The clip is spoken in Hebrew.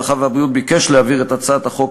הרווחה והבריאות ביקש להעביר את הצעת החוק